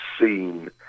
seen